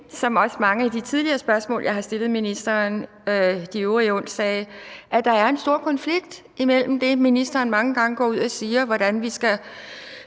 af mange af de tidligere spørgsmål, jeg har stillet ministeren på øvrige onsdage, så synes jeg, at der er en stor konflikt i det, som ministeren mange gange går ud og siger, altså hvordan vi skal